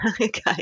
okay